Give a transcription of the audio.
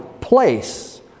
place